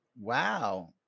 wow